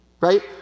right